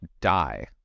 die